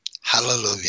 Hallelujah